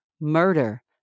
murder